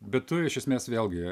bet tu iš esmės vėl gi